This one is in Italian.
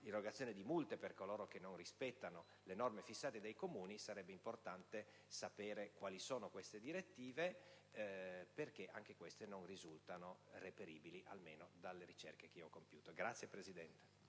l'erogazione di multe nei confronti di coloro che non rispettano le norme fissate dai Comuni, sarebbe importante sapere quali sono queste direttive, perché anche queste non risultano reperibili, almeno dalle ricerche che io ho compiuto.